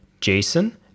Jason